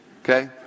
Okay